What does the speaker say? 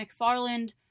McFarland